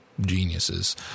geniuses